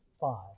five